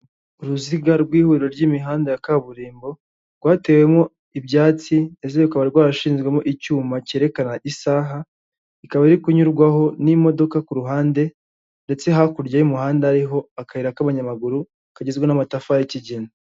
Uruziga rw'ihuriro ry'imihanda ya kaburimbo rwatewemo ibyatsi ndetse rukaba rwarashinzwemo icyuma cyerekana isaha, ikaba iri kunyurwaho n'imodoka ku ruhande ndetse hakurya y'umuhanda hariho akayira k'abanyamaguru kagizwe n'amatafari y'ikigina.